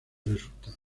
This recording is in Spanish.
resultado